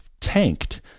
tanked